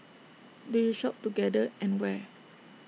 do you shop together and where